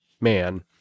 man